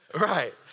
Right